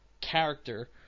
character